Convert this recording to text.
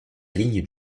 ligne